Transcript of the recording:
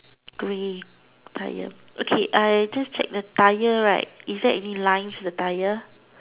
grey colour okay I just check the tyre right is there any lines the tire